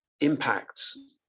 impacts